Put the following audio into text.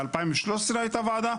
ב-2013 הייתה ועדה.